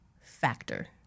factor